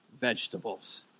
Vegetables